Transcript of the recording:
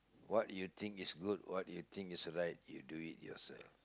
what you think is good what you think is right you do it yourself